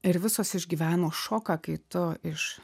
ir visos išgyveno šoką kai tu iš